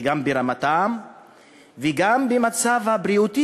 וגם ברמתם וגם במצב הבריאותי,